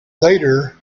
later